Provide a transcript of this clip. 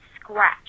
Scratch